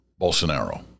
Bolsonaro